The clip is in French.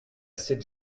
sept